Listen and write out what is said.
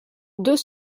deux